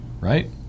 Right